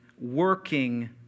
working